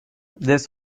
this